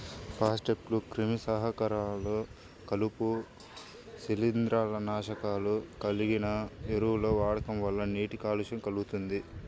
ఫాస్ఫేట్లు, క్రిమిసంహారకాలు, కలుపు, శిలీంద్రనాశకాలు కలిగిన ఎరువుల వాడకం వల్ల నీటి కాలుష్యం కల్గుతుంది